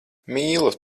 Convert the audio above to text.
mīlu